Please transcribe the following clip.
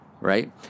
right